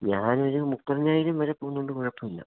ഞാനൊരു മുപ്പതിനായിരം വരെ പോകുന്നതുകൊണ്ട് കുഴപ്പം ഇല്ല